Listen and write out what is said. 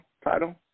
title